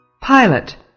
pilot